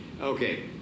Okay